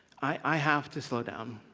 i have to slow down.